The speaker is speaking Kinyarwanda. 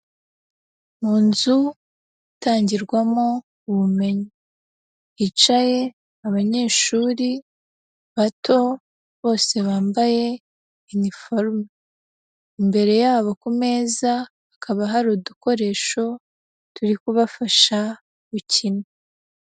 Mu nzu itangirwamo ubumenyi, hicaye abanyeshuri bato bose bambaye uniforume, imbere yabo ku meza hakaba hari udukoresho turi kubafasha gukina.